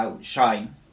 shine